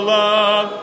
love